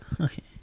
Okay